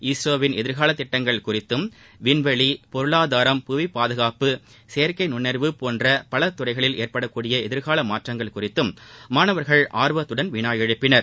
இஸ்ரோவின் எதிர்கால திட்டங்கள் குறித்தும் விண்வெளி பொருளாதாரம் புவி பாதுகாப்பு செயற்கை நுண்ணறிவு போன்ற பல துறைகளில் ஏற்படக்கூடிய எதிர்கால மாற்றங்கள் குறித்து மாணவர்கள் ஆர்வத்துடன் வினா எழுப்பினர்